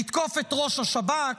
לתקוף את ראש השב"כ,